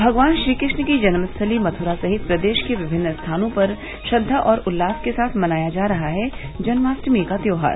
भगवान श्रीकृश्ण की जन्मस्थली मथुरा सहित प्रदेष के विभिन्न स्थानों पर श्रद्दा और उल्लास के साथ मनाया जा रहा है जन्माश्टमी का त्योहार